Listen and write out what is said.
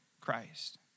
Christ